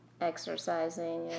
exercising